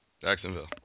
Jacksonville